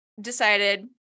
decided